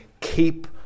Keep